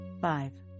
Five